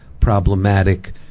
problematic